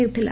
ହେଉଥିଲା